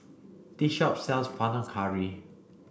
this shop sells Panang Curry